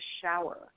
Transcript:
shower